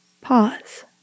Pause